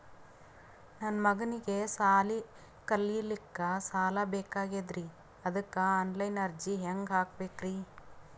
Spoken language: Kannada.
ನನ್ನ ಮಗನಿಗಿ ಸಾಲಿ ಕಲಿಲಕ್ಕ ಸಾಲ ಬೇಕಾಗ್ಯದ್ರಿ ಅದಕ್ಕ ಆನ್ ಲೈನ್ ಅರ್ಜಿ ಹೆಂಗ ಹಾಕಬೇಕ್ರಿ?